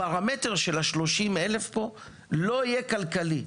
הפרמטר של ה-30,000 פה לא יהיה כלכלי.